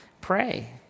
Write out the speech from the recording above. Pray